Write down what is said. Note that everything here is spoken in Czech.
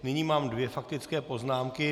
Nyní mám dvě faktické poznámky.